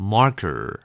Marker